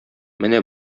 менә